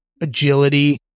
agility